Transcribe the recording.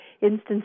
instances